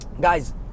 guys